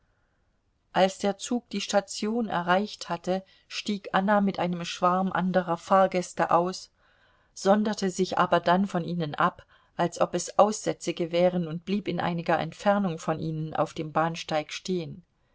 als der zug die station erreicht hatte stieg anna mit einem schwarm anderer fahrgäste aus sonderte sich aber dann von ihnen ab als ob es aussätzige wären und blieb in einiger entfernung von ihnen auf dem bahnsteig stehen